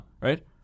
right